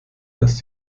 dass